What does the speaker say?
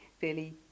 fairly